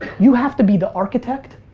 you have to be the architect,